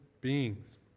beings